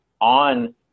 on